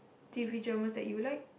t_v dramas that you like